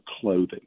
clothing